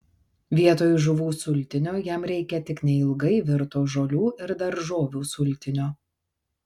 vietoj žuvų sultinio jam reikia tik neilgai virto žolių ir daržovių sultinio